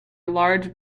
large